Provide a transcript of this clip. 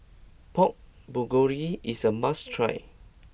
Pork Bulgogi is a must try